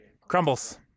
Crumbles